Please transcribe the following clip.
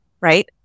right